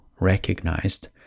recognized